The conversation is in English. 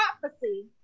prophecy